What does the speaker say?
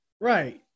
Right